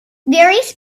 various